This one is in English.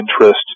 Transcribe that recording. interest